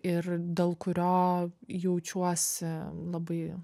ir dėl kurio jaučiuosi labai